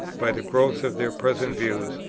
by the growth of their present views,